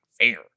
fair